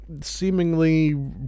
seemingly